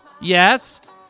Yes